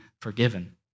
forgiven